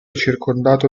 circondato